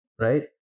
right